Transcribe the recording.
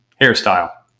hairstyle